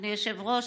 אדוני היושב-ראש,